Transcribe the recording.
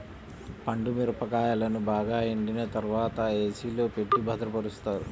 పండు మిరపకాయలను బాగా ఎండిన తర్వాత ఏ.సీ లో పెట్టి భద్రపరుస్తారు